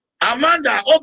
Amanda